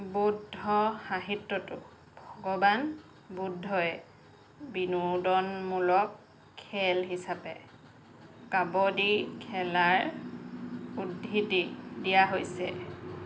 বৌদ্ধ সাহিত্যতো ভগৱান বুদ্ধই বিনোদনমূলক খেল হিচাপে কাবাডী খেলাৰ উদ্ধৃতি দিয়া হৈছে